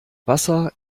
wasser